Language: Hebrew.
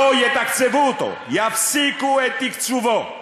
לא יתקצבו אותו, יפסיקו את תקצובו.